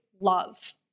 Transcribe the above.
love